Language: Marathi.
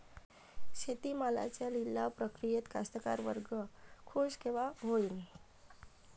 शेती मालाच्या लिलाव प्रक्रियेत कास्तकार वर्ग खूष कवा होईन?